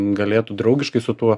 galėtų draugiškai su tuo